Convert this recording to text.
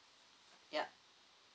yup